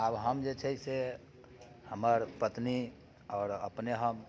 आब हम जे छै से हमर पत्नी आओर अपने हम